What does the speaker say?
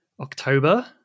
October